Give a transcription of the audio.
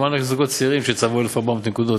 גם מענק זוגות צעירים שצברו 1,400 נקודות.